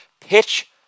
pitch